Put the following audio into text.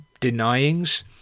denyings